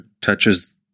touches